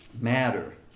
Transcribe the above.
matter